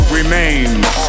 remains